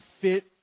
fit